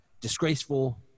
disgraceful